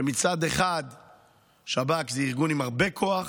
שמצד אחד שב"כ זה ארגון עם הרבה כוח,